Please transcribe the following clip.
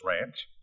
Ranch